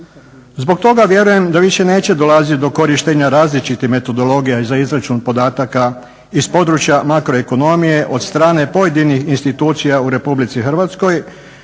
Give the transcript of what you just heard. Zbog toga vjerujem da više neće dolaziti do korištenja različitih metodologije za izračun podataka iz područja makroekonomije od strane pojedinih institucija u Republici Hrvatskoj